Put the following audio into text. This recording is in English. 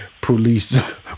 police